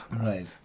Right